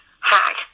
hack